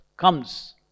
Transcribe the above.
comes